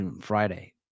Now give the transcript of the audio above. friday